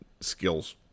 skills –